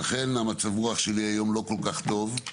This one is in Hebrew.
לכן מצב הרוח שלי היום לא כל כך טוב,